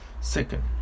Second